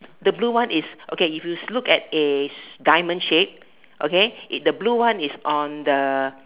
the blue one is okay if you look at a diamond shape okay it the blue one is on the